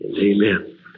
Amen